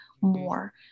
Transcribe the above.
more